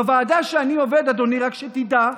בוועדה שאני עובד בה, אדוני, רק שתדע,